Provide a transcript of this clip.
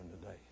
today